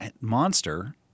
monster